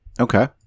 Okay